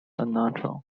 unnatural